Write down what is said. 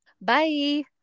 Bye